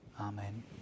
Amen